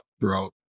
throughout